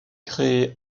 créée